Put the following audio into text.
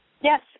Yes